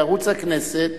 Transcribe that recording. בערוץ הכנסת,